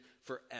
forever